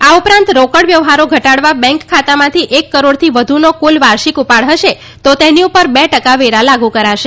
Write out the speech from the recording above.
આ ઉ રાંત રોકડ વ્યવહારો ઘટાડવા બેન્ક ખાતામાંથી એક કરોડથી વધુનો કુલ વાર્ષિક ઉપ ાડ હશે તો તેની પ ર બે ટકા વેરા લાગુ કરાશે